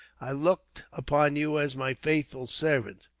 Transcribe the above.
i looked upon you as my faithful servant.